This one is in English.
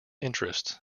interests